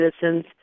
citizens